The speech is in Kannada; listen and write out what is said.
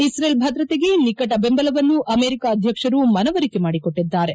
ಇಕ್ರೇಲ್ ಭದ್ರತೆಗೆ ನಿಕಟ ಬೆಂಬಲವನ್ನು ಅಮೆರಿಕ ಅಧ್ಯಕ್ಷರು ಮನವರಿಕೆ ಮಾಡಿಕೊಟ್ಟಿದ್ದಾರೆ